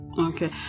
Okay